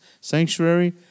sanctuary